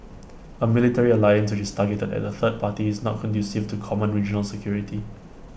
A military alliance which is targeted at A third party is not conducive to common regional security